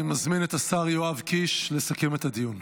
אני מזמין את השר יואב קיש לסכם את הדיון.